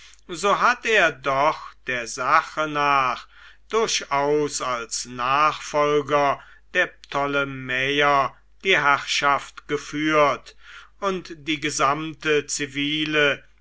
so hat er doch der sache nach durchaus als nachfolger der ptolemäer die herrschaft geführt und die gesamte